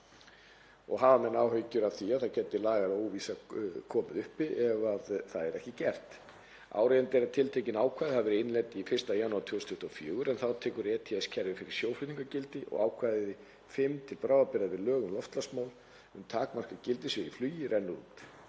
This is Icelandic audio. og hafa menn áhyggjur af því að það gæti lagaleg óvissa komið upp ef það verður ekki gert. Áríðandi er að tiltekin ákvæði hafi verið innleidd 1. janúar 2024 en þá tekur ETS-kerfi fyrir sjóflutninga gildi og ákvæði V til bráðabirgða við lög um loftslagsmál, um takmarkað gildissvið í flugi, rennur út.